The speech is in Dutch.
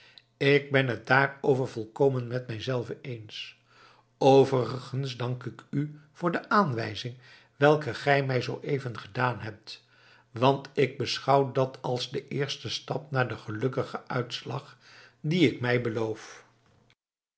ik ben het daarover volkomen met mijzelven eens overigens dank ik u voor de aanwijzing welke gij mij zooeven gedaan hebt want ik beschouw dat als den eersten stap naar den gelukkigen uitslag dien ik mij beloof